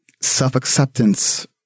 self-acceptance